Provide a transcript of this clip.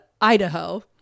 Idaho